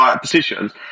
positions